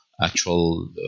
actual